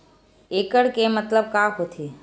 एकड़ के मतलब का होथे?